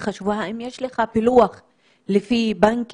שהתבקשה זה נתון חשוב שיכול לתרום לדיון של הוועדה.